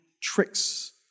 tricks